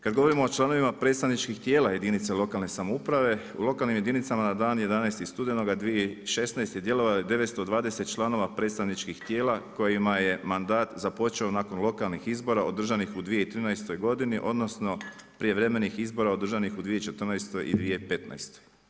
Kada govorimo o članovima predstavničkih tijela jedinica lokalne samouprave u lokalnim jedinicama na dan 11. studenoga 2016. djelovalo je 920 članova predstavničkih tijela kojima je mandat započeo nakon lokalnih izbora održanih u 2013. godini odnosno prijevremenih izbora održanih u 2014. i 2015.